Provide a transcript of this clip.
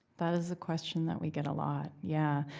that is a question that we get a lot, yeah.